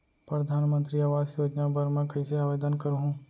परधानमंतरी आवास योजना बर मैं कइसे आवेदन करहूँ?